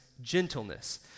gentleness